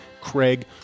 Craig